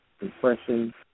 impression